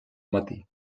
matí